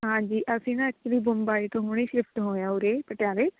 ਹਾਂਜੀ ਅਸੀਂ ਨਾ ਐਕਚੁਲੀ ਬੰਬਈ ਤੋਂ ਹੁਣੇ ਸ਼ਿਫਟ ਹੋਏ ਹਾਂ ਉਰੇ ਪਟਿਆਲੇ